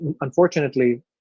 unfortunately